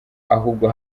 ahubwo